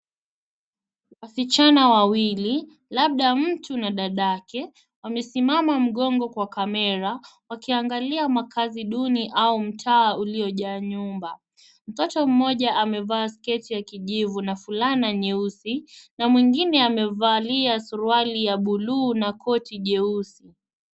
Wasichana wawili labda mtu na dadake, wamesimama mgongo kwa kamera, wakiangalia makazi duni au mtaa uliojaa nyumba. Mtoto mmoja amevaa sketi ya kijivu na fulana nyeusi, na mwingine amevalia suruali ya buluu na koti jeusi.